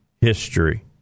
history